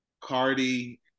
Cardi